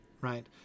right